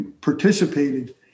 participated